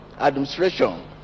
administration